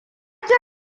ji